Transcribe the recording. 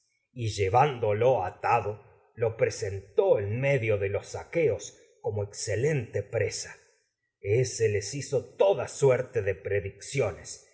y llevándolo como exce atado lo lente presentó en medio de los aqueos presa ése les hizo toda suerte de predicciones